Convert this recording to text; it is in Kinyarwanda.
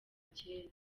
kera